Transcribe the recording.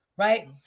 Right